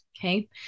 okay